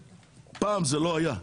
פעם זה לא היה.